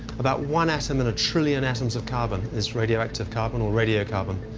about one atom in a trillion atoms of carbon is radioactive carbon or radiocarbon.